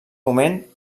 moment